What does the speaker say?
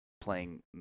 playing